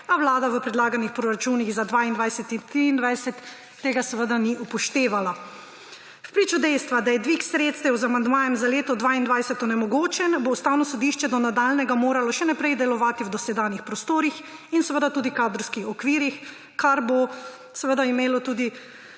a Vlada v predlaganih proračunih za 2022 in 2023 tega seveda ni upoštevala. Zaradi dejstva, da je dvig sredstev z amandmajem za leto 2022 onemogočen, bo Ustavno sodišče do nadaljnjega moralo še naprej delovati v dosedanjih prostorih in tudi kadrovskih okvirih, kar bo imelo tudi